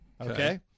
Okay